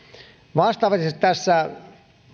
vastaavasti tässä